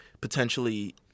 potentially